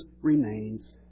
remains